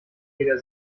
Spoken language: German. jeder